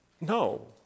No